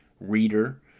reader